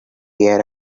year